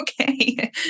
okay